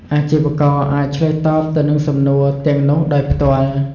អាជីវករអាចឆ្លើយតបទៅនឹងសំណួរទាំងនោះដោយផ្ទាល់។